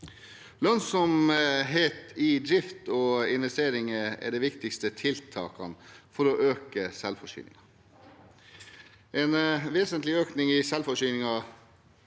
Lønnsomhet i drift og investeringer er de viktigste tiltakene for å øke selvforsyningen. En vesentlig økning i selvforsyningen